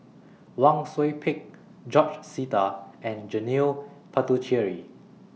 Wang Sui Pick George Sita and Janil Puthucheary